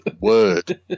word